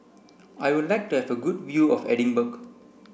I would like to have a good view of Edinburgh